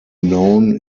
known